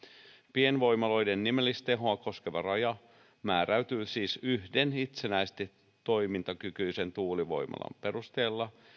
pienvoimaloiden nimellistehoa koskeva raja määräytyy siis yhden itsenäisesti toimintakykyisen tuulivoimalan perusteella